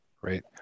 Great